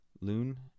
Loon